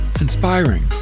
inspiring